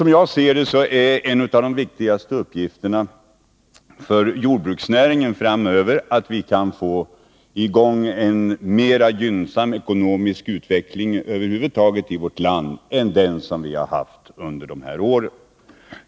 Som jag ser det är en av de viktigaste åtgärderna för jordbruksnäringen framöver att vi kan få i gång en mer gynnsam ekonomisk utveckling i vårt land över huvud taget än den som vi har haft under de borgerliga åren.